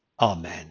Amen